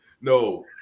No